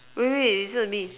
wait wait you listen to me